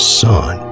son